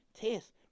Test